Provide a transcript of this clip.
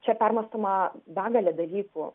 čia permąstoma begalė dalykų